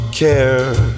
care